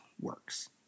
works